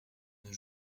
nos